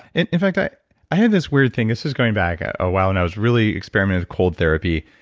and in fact, i i had this weird thing, this is going back a while. and i was really experimenting cold therapy.